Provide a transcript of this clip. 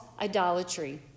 idolatry